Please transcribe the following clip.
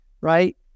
right